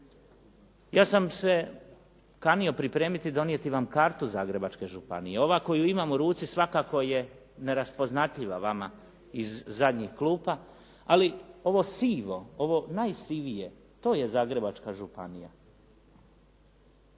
Ja sam se kanio pripremiti i donijeti vam kartu Zagrebačke županije. Ova koju imam u ruci svakako je neraspoznatljiva vama iz zadnjih klupa, ali ovo sivo, ovo najsivije to je Zagrebačka županija.